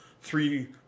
three